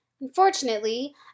Unfortunately